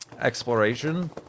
exploration